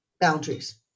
boundaries